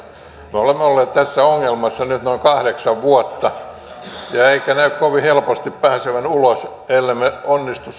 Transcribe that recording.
me olemme olleet tässä ongelmassa nyt noin kahdeksan vuotta emmekä näytä kovin helposti pääsevän ulos ellemme onnistu